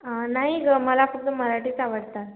नाही गं मला फक्त मराठीच आवडतात